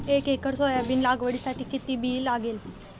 एक acre soybean लागवडीसाठी किती बी लागेल?